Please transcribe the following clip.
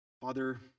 Father